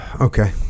Okay